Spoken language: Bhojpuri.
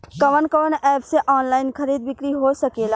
कवन कवन एप से ऑनलाइन खरीद बिक्री हो सकेला?